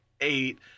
eight